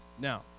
Now